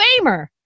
famer